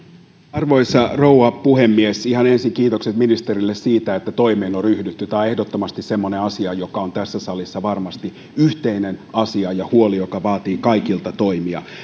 arvoisa rouva puhemies ihan ensin kiitokset ministerille siitä että toimeen on ryhdytty tämä on ehdottomasti semmoinen asia joka on tässä salissa varmasti yhteinen asia ja huoli joka vaatii kaikilta toimia